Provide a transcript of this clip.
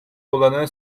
olanağı